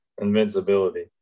Invincibility